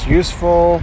useful